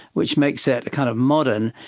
which makes it kind of modern,